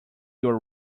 your